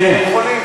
כן.